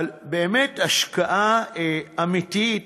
על, באמת, השקעה אמיתית